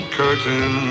curtain